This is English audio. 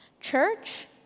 Church